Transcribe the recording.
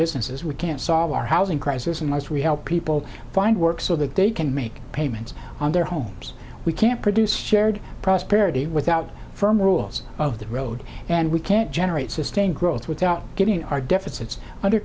businesses we can't solve our housing crisis unless we help people find work so that they can make payments on their homes we can produce shared prosperity without firm rules of the road and we can't generate sustained growth without getting our deficits under